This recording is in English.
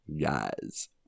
guys